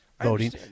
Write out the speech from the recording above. voting